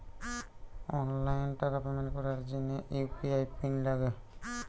online টাকার payment করার জিনে ইউ.পি.আই পিন লাগে